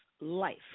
life